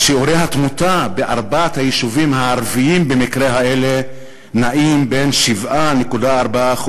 שיעורי התמותה בארבעת היישובים הערביים במקרה הזה נעים בין 7.4%